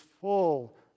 full